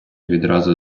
відразу